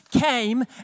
came